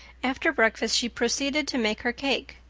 after breakfast she proceeded to make her cake.